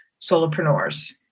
solopreneurs